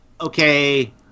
Okay